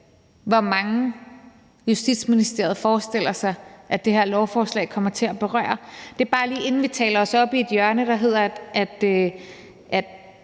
hvor mange Justitsministeriet forestiller sig at det her lovforslag kommer til at berøre. Det er bare lige, inden vi taler os op i et hjørne, hvor man